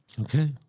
Okay